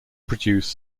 produce